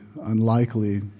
unlikely